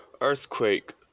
earthquake